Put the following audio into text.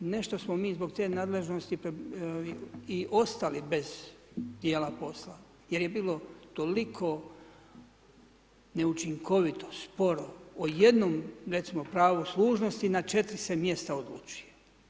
Nešto smo mi zbog te nadležnosti i ostali bez dijela posla jer je bilo toliko neučinkovito, sporo, o jednom recimo pravu služnosti na 4 se mjesta odlučuje.